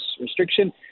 restriction